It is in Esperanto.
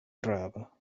rava